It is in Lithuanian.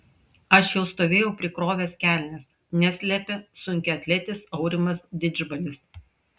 aš jau stovėjau prikrovęs kelnes neslepia sunkiaatletis aurimas didžbalis